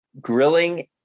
grilling